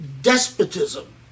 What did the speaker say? despotism